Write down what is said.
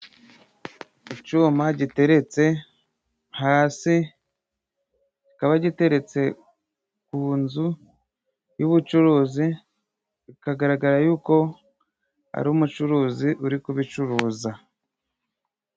Icuma giteretse hasi ,kikaba giteretse ku nzu y'ubucuruzi bikagaragara yuko ari umucuruzi uri kubicuruza.